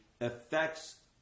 affects